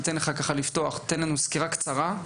אני אבקש ממך לפתוח ולתת לנו סקירה קצרה.